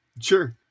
Sure